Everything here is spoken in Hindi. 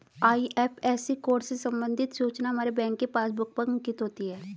आई.एफ.एस.सी कोड से संबंधित सूचना हमारे बैंक के पासबुक पर अंकित होती है